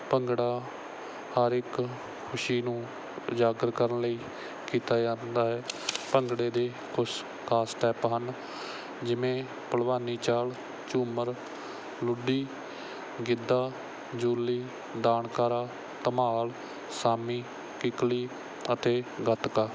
ਭੰਗੜਾ ਹਰ ਇੱਕ ਖੁਸ਼ੀ ਨੂੰ ਉਜਾਗਰ ਕਰਨ ਲਈ ਕੀਤਾ ਜਾਂਦਾ ਹੈ ਭੰਗੜੇ ਦੇ ਕੁਛ ਖ਼ਾਸ ਸਟੈਪ ਹਨ ਜਿਵੇਂ ਭਲਵਾਨੀ ਚਾਲ ਝੂਮਰ ਲੁੱਡੀ ਗਿੱਧਾ ਜੂਲੀ ਦਾਨਕਾਰਾ ਧਮਾਲ ਸਾਮੀ ਕਿੱਕਲੀ ਅਤੇ ਗੱਤਕਾ